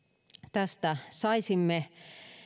tästä saisimme